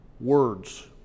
Words